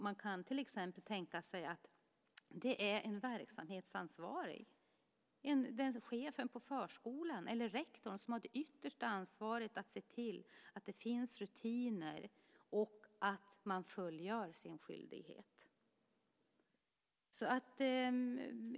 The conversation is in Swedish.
Man kan till exempel tänka sig att det är en verksamhetsansvarig, chefen på förskolan eller rektorn, som har det yttersta ansvaret att se till att det finns rutiner och att alla fullgör sin skyldighet.